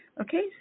Okay